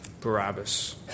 Barabbas